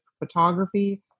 photography